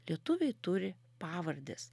lietuviai turi pavardes